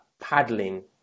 paddling